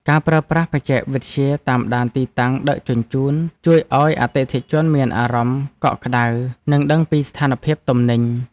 ការប្រើប្រាស់បច្ចេកវិទ្យាតាមដានទីតាំងដឹកជញ្ជូនជួយឱ្យអតិថិជនមានអារម្មណ៍កក់ក្តៅនិងដឹងពីស្ថានភាពទំនិញ។